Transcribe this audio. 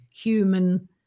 human